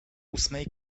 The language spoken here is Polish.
ósmej